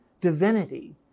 divinity